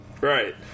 Right